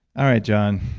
all right, john.